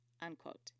unquote